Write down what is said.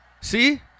See